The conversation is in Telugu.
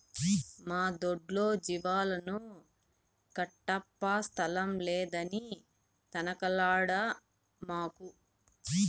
మా దొడ్లో జీవాలను కట్టప్పా స్థలం లేదని తనకలాడమాకు